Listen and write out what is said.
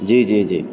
جی جی جی